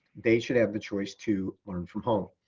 they should have the choice to learn from home.